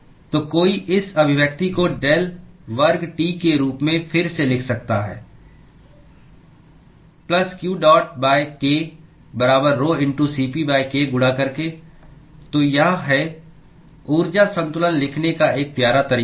तो कोई इस अभिव्यक्ति को डेल वर्ग T के रूप में फिर से लिख सकता है प्लस q डॉटk बराबर rhoCpk गुणा करके तो यह है ऊर्जा संतुलन लिखने का एक प्यारा तरीका